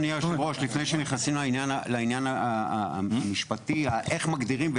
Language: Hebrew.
לפני שנכנסים לעניין המשפטי של איך מגדירים,